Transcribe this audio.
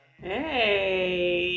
hey